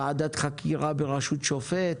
ועדת חקירה בראשות שופט.